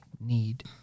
need